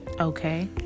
Okay